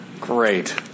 Great